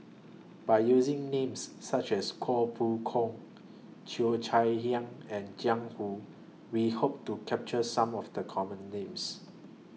By using Names such as Koh Poh Koon Cheo Chai Hiang and Jiang Hu We Hope to capture Some of The Common Names